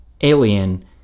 Alien